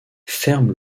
ferme